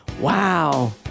wow